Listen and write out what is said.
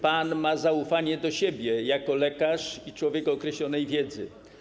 Pan ma zaufanie do siebie jako lekarz i człowiek o określonej wiedzy.